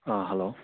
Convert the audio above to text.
hello